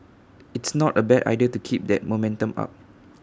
it's not A bad idea to keep that momentum up